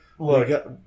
Look